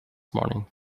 morning